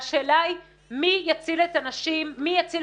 והשאלה היא: מי יציל את הנשים,